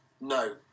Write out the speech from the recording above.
No